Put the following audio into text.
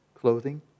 clothing